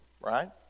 right